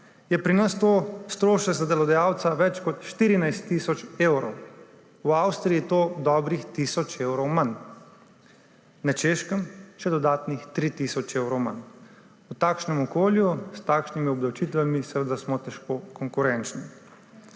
pri nas to strošek več kot 14 tisoč evrov, v Avstriji je to dobrih tisoč evrov manj, na Češkem še dodatnih 3 tisoč evrov manj. V takšnem okolju, s takšnimi obdavčitvami smo seveda težko konkurenčni.